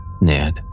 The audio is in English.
Ned